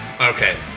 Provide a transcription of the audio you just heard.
Okay